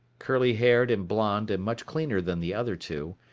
curly-haired and blond and much cleaner than the other two,